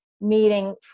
meeting